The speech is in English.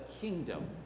kingdom